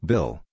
Bill